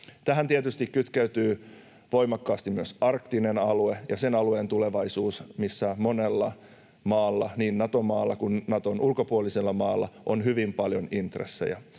Tähän tietysti kytkeytyy voimakkaasti myös arktinen alue ja sen alueen tulevaisuus, missä monella maalla — niin Nato-maalla kuin Naton ulkopuolisella maalla — on hyvin paljon intressejä.